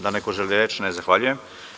Da li neko želi reč? (Ne) Zahvaljujem.